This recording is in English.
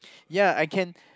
ya I can